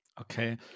Okay